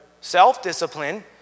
self-discipline